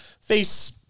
face